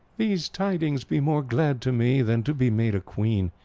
these tidings be more glad to me, than to be made a queen,